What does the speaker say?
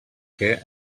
què